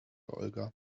olga